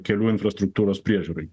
kelių infrastruktūros priežiūrai